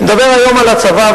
אני מדבר היום על הצבא,